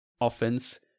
offense